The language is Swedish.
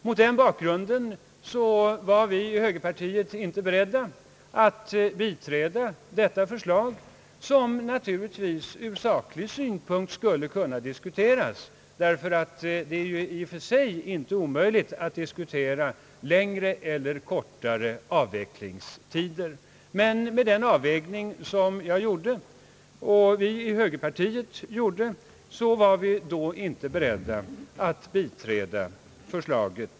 Mot den bakgrunden var vi i högerpartiet inte beredda att biträda detta förslag som naturligtvis ur saklig syn punkt skulle kunna diskuteras. Det är i och för sig inte omöjligt att diskutera längre eller kortare avvecklingstider. Men med den avvägning som jag gjorde, och som vi i högerpartiet gjorde, var vi inte beredda att biträda förslaget.